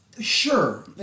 Sure